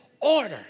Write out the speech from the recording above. order